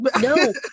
no